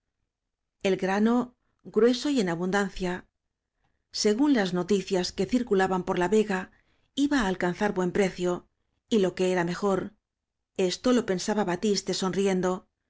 el grano grueso y en abundancia según las noticias que circulaban por la vega iba á alcanzar buen precio y lo que era me jor esto lo